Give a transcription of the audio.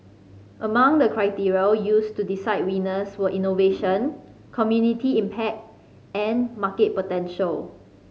among the criteria used to decide winners were innovation community impact and market potential